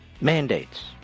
Mandates